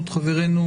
מתוכננת עוד ישיבה,